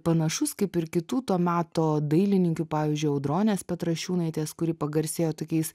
panašus kaip ir kitų to meto dailininkių pavyzdžiui audronės petrašiūnaitės kuri pagarsėjo tokiais